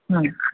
ನಾನು